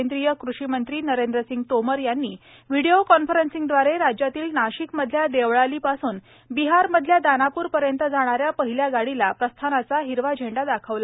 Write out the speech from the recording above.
केंद्रीय कृषिमंत्री नरेंद्रसिंग तोमर यांनी व्हिडिओ कॉन्फरन्सिंगदवारे राज्यातील नाशिक मधल्या देवळाली पासून बिहार मधल्या दानापूर पर्यंत जाणाऱ्या पहिल्या गाडीला प्रस्थानाचा झेंडा दाखवला